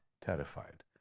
terrified